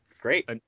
great